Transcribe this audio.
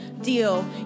deal